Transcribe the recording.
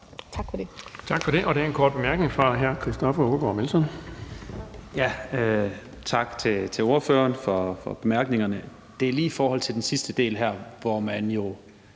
Tak for det.